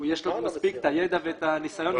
יש לו מספיק ידע וניסיון כדי לבדוק את זה.